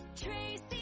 Tracy